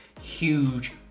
huge